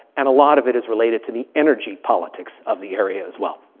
and a lot of it is related to the energy politics of the area as well.